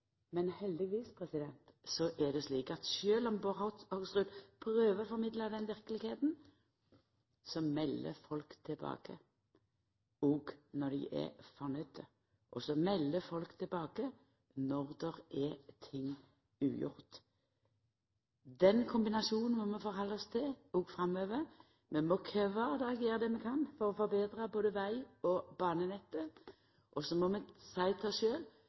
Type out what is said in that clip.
Men heldigvis er det slik at sjølv om Bård Hoksrud prøver å formidla denne verkelegheita, melder folk tilbake – òg når dei er fornøgde. Så melder folk tilbake òg når det er ting ugjort. Den kombinasjonen må vi halda oss til framover. Vi må kvar dag gjera det vi kan for å forbetra både veg- og banenettet, og så må vi